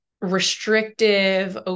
restrictive